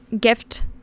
gift